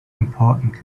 important